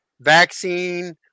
Vaccine